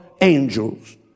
angels